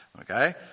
Okay